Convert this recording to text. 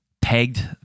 pegged